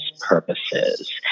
purposes